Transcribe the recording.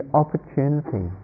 opportunity